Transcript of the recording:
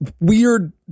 weird